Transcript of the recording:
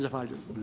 Zahvaljujem.